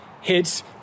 hits